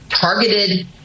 targeted